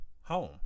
home